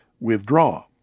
withdraw